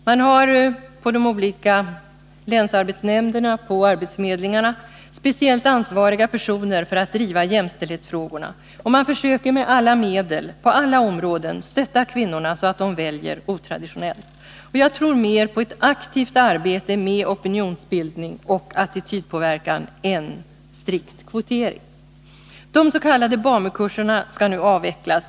Man har på de olika länsarbetsnämnderna och på arbetsförmedlingarna speciellt ansvariga personer som skall driva jämställdhetsfrågorna, och man försöker med alla medel att på alla områden stötta kvinnorna så att de väljer otraditionellt. Jag tror mer på ett aktivt arbete med opinionsbildning och attitydpåverkan än på strikt kvotering. De s.k. BAMU-kurserna skall nu avvecklas.